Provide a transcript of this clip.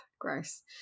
gross